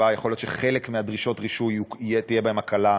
שיכול להיות שחלק מדרישות הרישוי תהיה בהן הקלה,